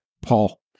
Paul